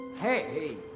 Hey